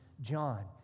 John